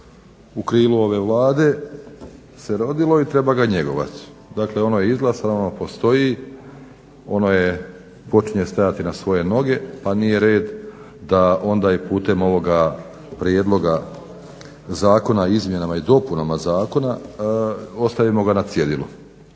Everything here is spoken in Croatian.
u krilu ove Vlade se rodilo i treba ga njegovat. Dakle, ono je izglasano, ono postoji, ono počinje stajati na svoje noge pa nije red da onda i putem ovoga prijedloga zakona o izmjenama i dopunama zakona ostavimo ga na cjedilu.